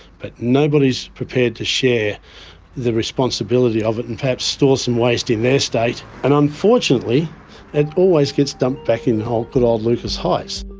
but nobody is prepared to share the responsibility of it and perhaps store some waste in their state. and unfortunately it always gets dumped back in good old lucas heights.